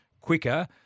quicker